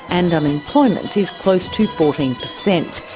and unemployment is close to fourteen percent,